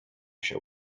się